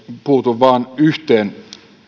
puutun vain yhteen